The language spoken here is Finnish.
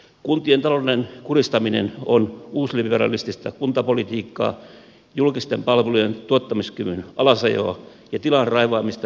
kuntien talouden kurjistaminen on uusliberalistista kuntapolitiikkaa julkisten palvelujen tuottamiskyvyn alasajoa ja tilan raivaamista yksityistämiselle